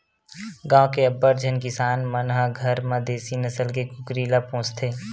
गाँव के अब्बड़ झन किसान मन ह घर म देसी नसल के कुकरी ल पोसथे